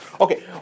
Okay